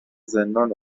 زندان